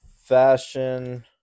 fashion